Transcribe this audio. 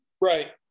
Right